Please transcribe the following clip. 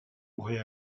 aurait